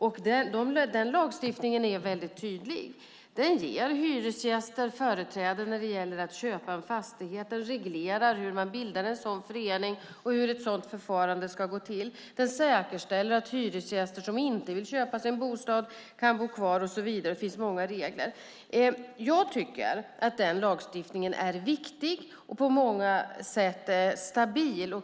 Den lagstiftningen är väldigt tydlig. Den ger hyresgäster företräde när det gäller att köpa en fastighet. Den reglerar hur man bildar en sådan förening och hur ett sådant förfarande ska gå till. Den säkerställer att hyresgäster som inte vill köpa sig en bostad kan bo kvar och så vidare. Det finns många regler. Jag tycker att den lagstiftningen är viktig och på många sätt stabil.